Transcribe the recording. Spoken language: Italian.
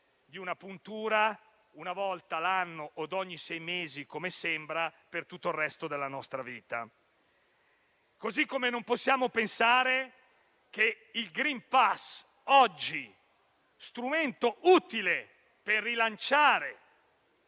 di una puntura una volta l'anno o ogni sei mesi, così come sembra, per tutto il resto della nostra vita. Allo stesso modo, non possiamo pensare che il *green pass,* oggi strumento utile per rilanciare